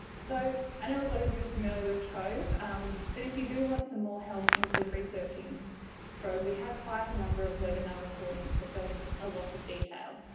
so i know a lot of you are familiar with trove um but if you do want some more help into researching trove. we have quite a number of webinar recordings that go into a lot of detail,